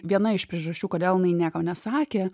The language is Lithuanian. viena iš priežasčių kodėl jinai nieko nesakė